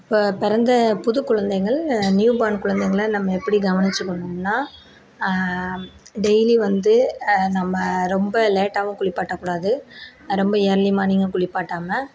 இப்போ பிறந்த புது குழந்தைகள் நியூ பான் குழந்தைகளை நம்ம எப்படி கவனிச்சிக்கணும்னா டெய்லி வந்து நம்ம ரொம்ப லேட்டாகவும் குளிப்பாட்டக்கூடாது ரொம்ப ஏர்லி மார்னிங்கும் குளிப்பாட்டாமல்